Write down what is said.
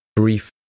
Brief